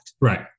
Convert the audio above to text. Right